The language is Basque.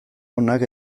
onak